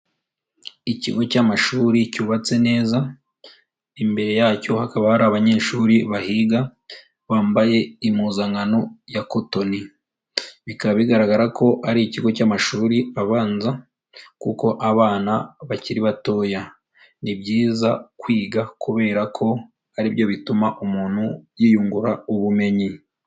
Ikigo cy'amashuri cyubatse neza, imbere yacyo hakaba hari abanyeshuri bahiga, bambaye impuzankano ya kotoni, bikaba bigaragara ko ari ikigo cy'amashuri abanza kuko abana bakiri batoya, ni byiza kwiga kubera ko ari byo bituma umuntu yiyungura ubumenyi.